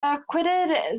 acquitted